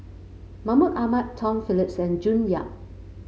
Mahmud Ahmad Tom Phillips and June Yap